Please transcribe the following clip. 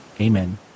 Amen